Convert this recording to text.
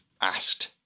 asked